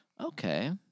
Okay